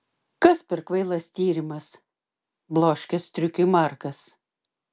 kas per kvailas tyrimas bloškė striukiui markas